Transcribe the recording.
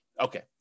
okay